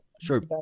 sure